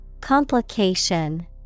Complication